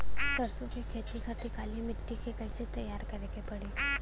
सरसो के खेती के खातिर काली माटी के कैसे तैयार करे के पड़ी?